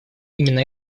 именно